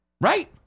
Right